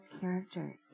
character